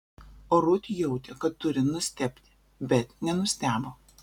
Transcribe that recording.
rut jautė kad turi nustebti bet nenustebo